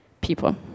people